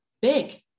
big